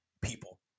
people